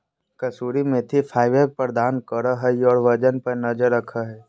कसूरी मेथी फाइबर प्रदान करो हइ और वजन पर नजर रखो हइ